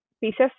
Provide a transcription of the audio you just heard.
pieces